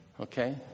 Okay